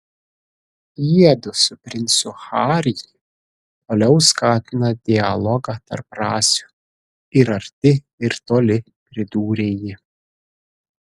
jiedu su princu harry toliau skatina dialogą tarp rasių ir arti ir toli pridūrė ji